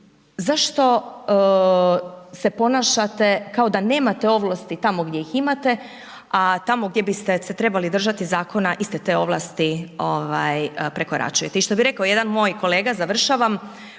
zašto se ponašate kao da nemate ovlasti tamo gdje ih imate a tamo gdje biste se trebali držati zakona iste te ovlasti prekoračujete? I što bi rekao jedan moj kolega, završavam,